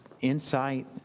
insight